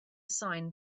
sign